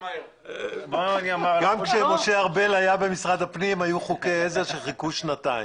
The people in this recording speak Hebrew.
גם כשמשה ארבל היה במשרד הפנים היו חוקי עזר שחיכו שנתיים.